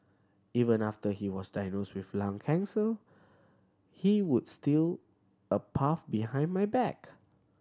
even after he was diagnosed with lung cancer he would steal a puff behind my back